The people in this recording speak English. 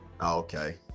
okay